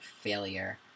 failure